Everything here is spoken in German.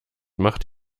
macht